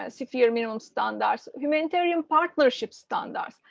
ah sphere minimum standards, humanitarian partnership standards,